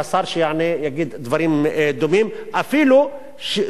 אפילו שזאת שהתבטאה היא מהמפלגה שלו.